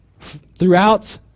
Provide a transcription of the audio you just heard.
throughout